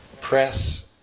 Press